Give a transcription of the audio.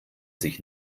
sich